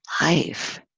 life